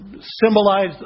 symbolized